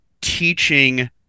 teaching